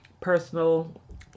personal